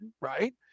right